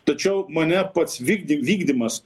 tačiau mane pats vykdy vykdymas